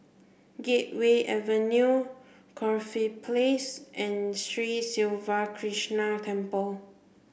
Gateway Avenue Corfe Place and Sri Siva Krishna Temple